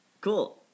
Cool